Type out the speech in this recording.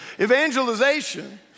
evangelization